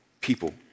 people